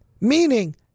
Meaning